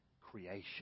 creation